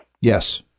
Yes